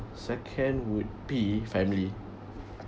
second would be family